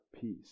peace